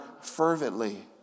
fervently